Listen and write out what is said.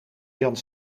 jan